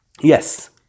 Yes